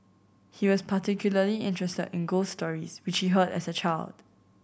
he was particularly interested in ghost stories which heard as a child